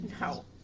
No